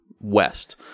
west